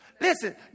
Listen